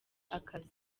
akazi